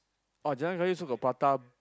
ah Jalan Kayu also got prata